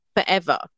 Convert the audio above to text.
forever